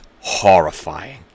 horrifying